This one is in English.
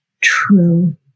true